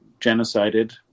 genocided